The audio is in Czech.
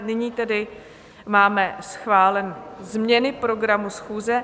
Nyní tedy máme schváleny změny programu schůze.